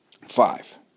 Five